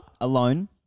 alone